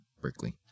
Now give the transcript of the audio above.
Berkeley